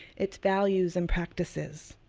it's values and practices.